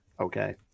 Okay